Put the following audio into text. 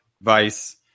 vice